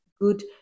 good